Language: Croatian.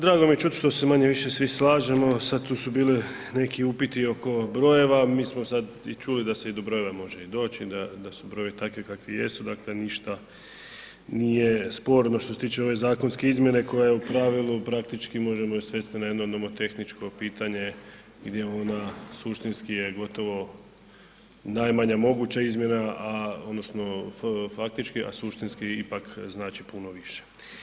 Drago mi je čuti što se manje-više svi slažemo, sad tu su bili neki upiti oko broje, mi smo sad čuli da se i do brojeva može i doći, da su brojevi takvi kakvi jesu, dakle ništa nije sporno što se tiče ove zakonske izmjene koja je u pravilu, praktički možemo je svesti na jedno nomotehničko pitanje gdje ona suštinski je gotovo najmanja moguća izmjena, a odnosno faktički, a suštinski ipak znači puno više.